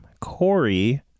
Corey